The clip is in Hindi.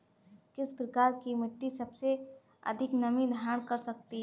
किस प्रकार की मिट्टी सबसे अधिक नमी धारण कर सकती है?